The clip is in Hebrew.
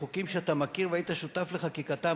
בחוקים שאתה מכיר והיית שותף לחקיקתם,